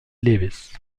lewis